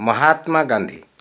Mahatma Gandhi